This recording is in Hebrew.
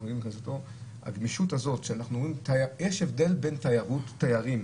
יש הבדל בין תיירים,